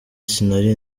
sinari